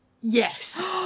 Yes